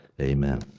amen